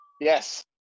Yes